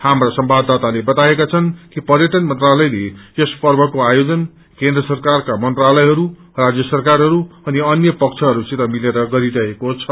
हाम्रा संवाददाताले बताएका छन् कि पर्यअन मंत्रालयले यस पर्वको आयोजन केन्द्र सरकारका मंत्रालयहरू राज्य सरकारहरू अनि अन्य पक्षहरूसित मिलेर गरिरहेको छ